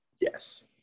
Yes